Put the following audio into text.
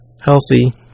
healthy